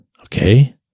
Okay